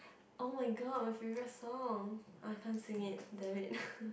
oh-my-god my favourite song I can't sing it damn it